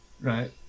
right